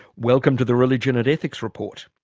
welcome to the religion and ethics report.